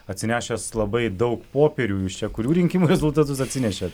atsinešęs labai daug popierių jūs čia kurių rinkimų rezultatus atsinešėt